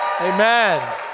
Amen